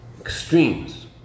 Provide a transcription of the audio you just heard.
extremes